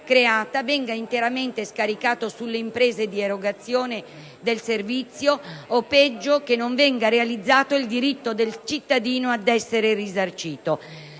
venga interamente scaricato sulle imprese di erogazione del servizio o, peggio, che non venga realizzato il diritto del cittadino ad essere risarcito.